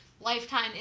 lifetime